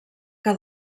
que